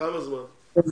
אבל כמה זמן זה ייקח?